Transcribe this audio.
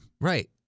Right